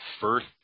first